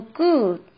good